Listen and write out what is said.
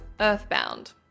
Earthbound